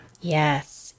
Yes